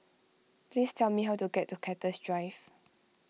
please tell me how to get to Cactus Drive